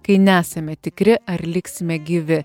kai nesame tikri ar liksime gyvi